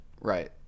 Right